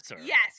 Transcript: Yes